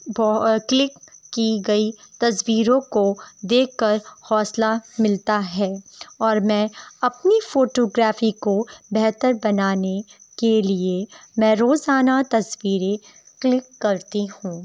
click کی گئی تصویروں کو دیکھ کر حوصلہ ملتا ہے اور میں اپنی فوٹو گرافی کو بہتر بنانے کے لیے میں روزانہ تصویریں کلک کرتی ہوں